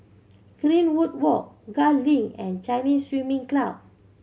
Greenwood Walk Gul Link and Chinese Swimming Club